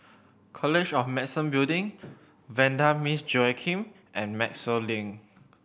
College of Medicine Building Vanda Miss Joaquim and Maxwell Link